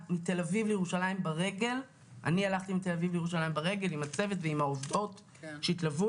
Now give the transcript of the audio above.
אין עובדים ועובדות שמבקשים לעבוד.